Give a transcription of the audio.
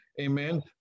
Amen